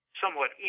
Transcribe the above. somewhat